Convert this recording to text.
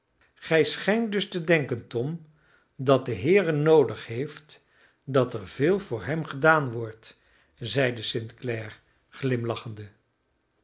gij schijnt dus te denken tom dat de heere noodig heeft dat er veel voor hem gedaan wordt zeide st clare glimlachende